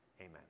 Amen